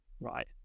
Right